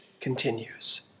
continues